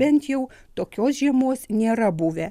bent jau tokios žiemos nėra buvę